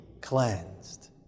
cleansed